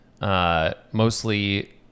mostly